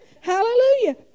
Hallelujah